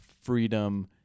freedom